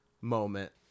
moment